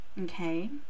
Okay